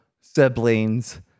siblings